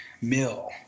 Mill